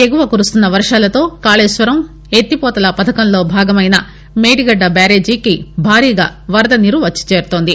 ఎగువ కురుస్తున్న వర్షాలతో కాశేశ్వరం ఎత్తిపోతల పథకంలో భాగమైన మేడిగడ్డ బ్యారేజీకి భారీగా వరద నీరు వచ్చి చేరుతుంది